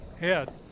head